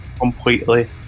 Completely